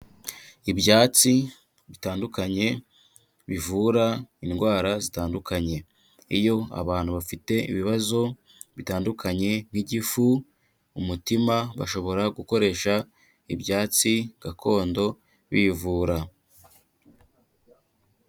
Ibyatsi bitandukanye, bivura indwara zitandukanye. Iyo abantu bafite ibibazo bitandukanye nk'igifu, umutima, bashobora gukoresha ibyatsi gakondo bivura.